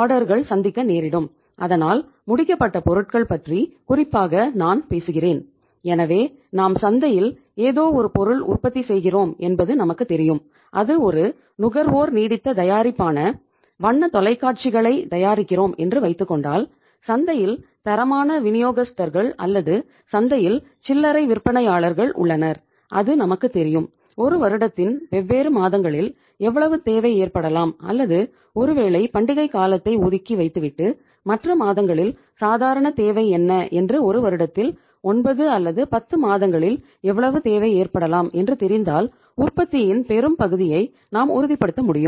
ஆர்டர்களை சந்திக்க நேரிடும் அதனால் முடிக்கப்பட்ட பொருட்கள் பற்றி குறிப்பாக நான் பேசுகிறேன் எனவே நாம் சந்தையில் ஏதோ ஒரு பொருள் உற்பத்தி செய்கிறோம் என்பது நமக்கு தெரியும் அது ஒரு நுகர்வோர் நீடித்த தயாரிப்பான வண்ண தொலைக்காட்சிகளைத் தயாரிக்கிறோம் என்று வைத்துக்கொண்டால் சந்தையில் தரமான விநியோகஸ்தர்கள் அல்லது சந்தையில் சில்லறை விற்பனையாளர்கள் உள்ளனர் அது நமக்குத் தெரியும் ஒரு வருடத்தின் வெவ்வேறு மாதங்களில் எவ்வளவு தேவை ஏற்படலாம் அல்லது ஒருவேளை பண்டிகை காலத்தை ஒதுக்கி வைத்து விட்டு மற்ற மாதங்களில் சாதாரண தேவை என்ன என்று ஒரு வருடத்தில் 9 அல்லது 10 மாதங்கள்ளில் எவ்வளவு தேவை ஏற்படலாம் என்று தெரிந்தால் உற்பத்தியின் பெரும்பகுதியை நாம் உறுதிப்படுத்த முடியும்